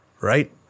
right